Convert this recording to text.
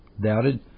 doubted